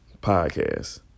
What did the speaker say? podcast